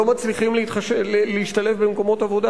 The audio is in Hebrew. לא מצליחים להשתלב במקומות עבודה.